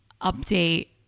update